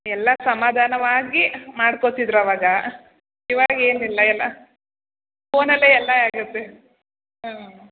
ಎಲ್ಲ ಸಮಾಧಾನವಾಗಿ ಮಾಡ್ಕೋತಿದ್ದರು ಆವಾಗ ಇವಾಗ ಏನಿಲ್ಲ ಎಲ್ಲ ಫೋನಲ್ಲೇ ಎಲ್ಲ ಆಗುತ್ತೆ ಹಾಂ